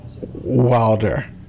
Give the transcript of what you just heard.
wilder